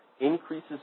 Increases